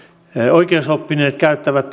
oikeusoppineet käyttävät